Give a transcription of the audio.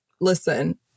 listen